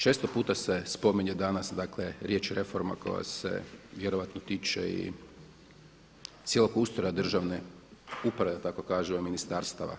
Često puta se spominje danas dakle riječ reforma koja se vjerojatno tiče i cijelog ustroja državne uprave da tako kažem, ministarstava.